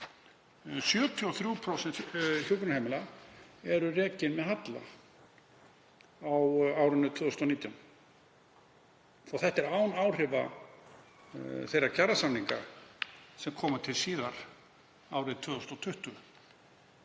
73% hjúkrunarheimila voru rekin með halla á árinu 2019. Þetta er án áhrifa þeirra kjarasamninga sem koma til árið 2020.